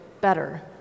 better